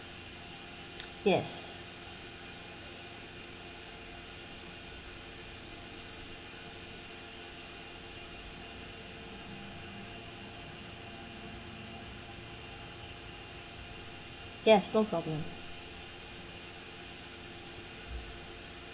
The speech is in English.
yes yes no problem